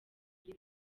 muri